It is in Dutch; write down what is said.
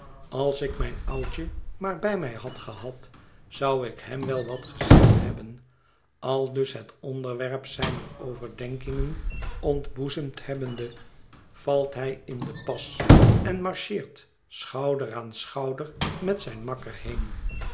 als ik mijn oudje maar bij mij had gehad zou ik hem wel wat gezegd hebben aldus het onderwerp zijner overdenkingen ontboezemd hebbende valt hij in den pas en marcheert schouder aan schouder met zijn makker heen